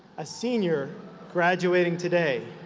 a senior graduating today.